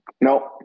No